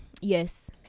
Yes